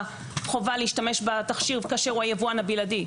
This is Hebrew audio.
חובה להשתמש בתכשיר כאשר הוא היבואן הבלעדי,